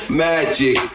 magic